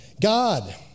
God